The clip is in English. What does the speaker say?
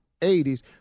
80s